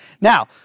Now